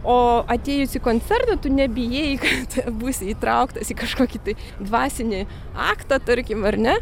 o atėjus į koncertą tu nebijai kad būsi įtrauktas į kažkokį tai dvasinį aktą tarkim ar ne